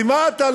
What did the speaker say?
ומה אתה?